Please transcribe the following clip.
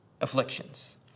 afflictions